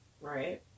Right